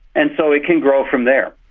and so it can grow from there.